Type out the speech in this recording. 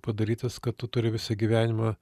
padarytas kad tu turi visą gyvenimą